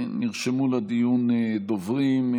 נרשמו לדיון דוברים.